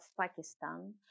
Pakistan